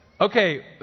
Okay